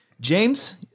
James